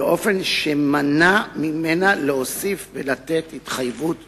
באופן שמנע ממנה להוסיף ולתת התחייבות